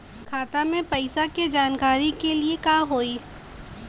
खाता मे पैसा के जानकारी के लिए का होई?